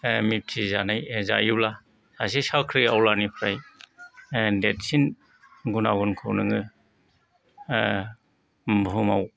मिथिजानाय जायोब्ला सासे साख्रिआवलानिफ्राय देरसिन गुन आगुनखौ नों बुहुमाव